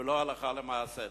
ולא הלכה למעשה.